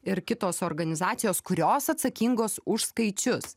ir kitos organizacijos kurios atsakingos už skaičius